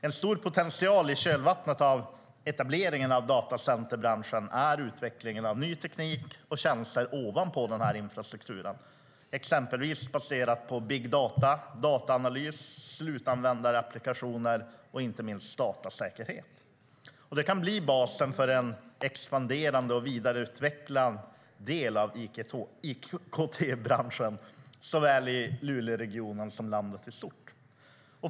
En stor potential i kölvattnet av etableringen av datacenterbranschen är utvecklingen av ny teknik och tjänster ovanpå den här infrastrukturen, exempelvis baserat på big data, dataanalys, slutanvändarapplikationer och inte minst datasäkerhet. Det kan bli basen för en expanderande och vidareutvecklad del av IKT-branschen i såväl luleregionen som landet i stort.